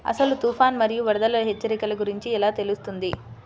అసలు తుఫాను మరియు వరదల హెచ్చరికల గురించి ఎలా తెలుస్తుంది?